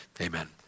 amen